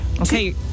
okay